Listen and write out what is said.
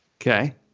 Okay